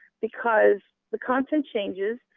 because the content changes.